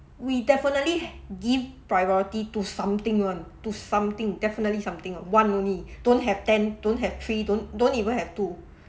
we definitely h~ give priority to something [one] to something definitely something [one] only don't have ten don't have three don't don't even have two